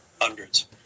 Hundreds